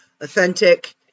authentic